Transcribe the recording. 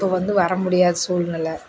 இப்போது வந்து வரமுடியாத சூழ்நில